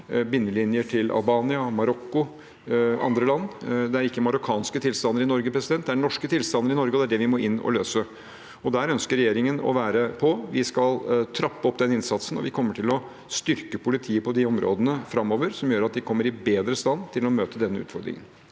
bindelinjer til Albania, Marokko og andre land. Det er ikke marokkanske tilstander i Norge, det er norske tilstander i Norge, og det er det vi må inn og løse. Der ønsker regjeringen å være på. Vi skal trappe opp den innsatsen, og vi kommer til å styrke politiet på de områdene framover, noe som gjør at de kommer bedre i stand til å møte denne utfordringen.